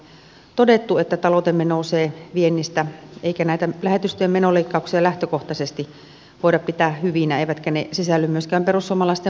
on moneen kertaan todettu että taloutemme nousee viennistä eikä näitä lähetystöjen menoleikkauksia lähtökohtaisesti voida pitää hyvinä eivätkä ne sisälly myöskään perussuomalaisten varjobudjettiin